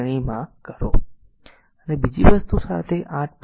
અને બીજી વસ્તુ સાથે આ 8